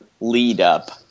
lead-up